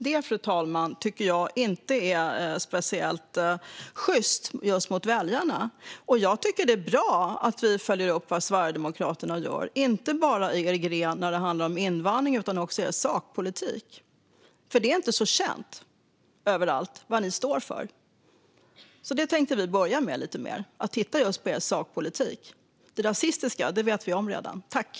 Det tycker jag inte, fru talman, är speciellt sjyst mot väljarna. Jag tycker att det är bra att vi följer upp vad Sverigedemokraterna gör, och inte bara i er gren invandringen utan också i er sakpolitik. Det är inte känt överallt vad ni står för. Vi tänkte därför börja att mer titta på just er sakpolitik. Det rasistiska känner vi redan till.